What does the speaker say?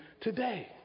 today